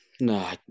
no